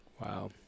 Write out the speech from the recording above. Wow